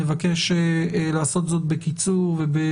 נבקש שכל דובר יעשה זאת בתמציתיות.